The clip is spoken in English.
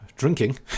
Drinking